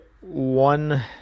one